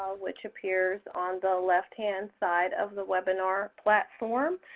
ah which appears on the left-hand side of the webinar platform.